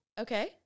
Okay